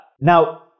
Now